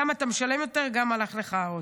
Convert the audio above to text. גם אתה משלם יותר, גם הלך לך האוטו,